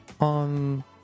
on